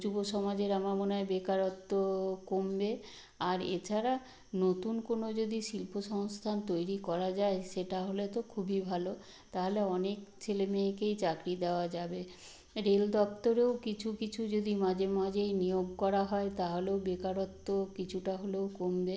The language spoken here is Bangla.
যুব সমাজের আমার মনে হয় বেকারত্ব কমবে আর এছাড়া নতুন কোনো যদি শিল্প সংস্থান তৈরি করা যায় সেটা হলে তো খুবই ভালো তাহলে অনেক ছেলে মেয়েকেই চাকরি দেওয়া যাবে রেল দপ্তরেও কিছু কিছু যদি মাঝে মাঝে নিয়োগ করা হয় তাহলেও বেকারত্ব কিছুটা হলেও কমবে